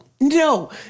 no